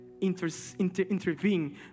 intervene